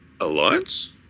Alliance